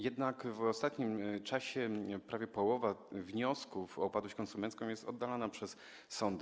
Jednak w ostatnim czasie prawie połowa wniosków o upadłość konsumencką jest oddalana przez sądy.